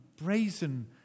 brazen